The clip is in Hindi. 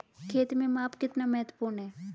खेत में माप कितना महत्वपूर्ण है?